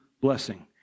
blessing